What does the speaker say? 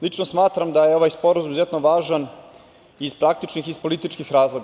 Lično smatram da je ovaj sporazum izuzetno važan iz praktičnih i iz političkih razloga.